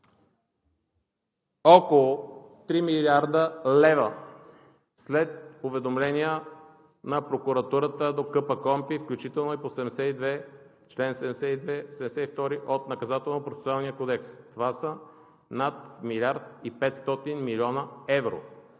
около 3 млрд. лв. след уведомления на прокуратурата до КПКОНПИ, включително и по чл. 72 от Наказателно-процесуалния кодекс. Това са над милиард и 500 млн. евро.